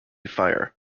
fire